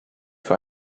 für